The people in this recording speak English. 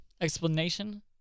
Explanation